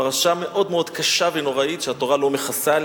פרשה מאוד מאוד קשה ונוראית שהתורה לא מכסה עליה,